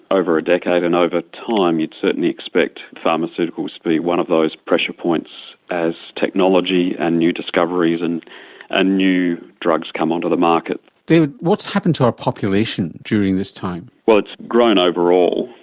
over a decade and over time you'd certainly expect pharmaceuticals to be one of those pressure points as technology and new discoveries and ah new drugs come onto the market. david, what has happened to our population during this time? well, it's grown overall,